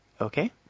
okay